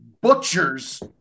butchers